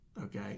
okay